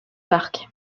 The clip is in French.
park